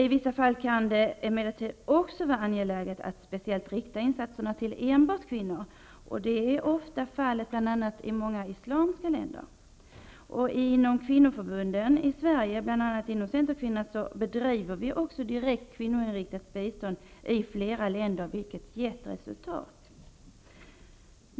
I vissa fall kan det emellertid också vara angeläget att speciellt rikta insatserna till enbart kvinnor, och detta är ofta fallet bl.a. i många islamska länder. Inom kvinnoförbunden i Sverige, bl.a. inom Centerkvinnorna, bedriver vi också direkt kvinnoinriktat bistånd i flera länder, vilket har givit resultat.